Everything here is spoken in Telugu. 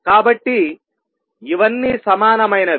కాబట్టి ఇవన్నీ సమానమైనవి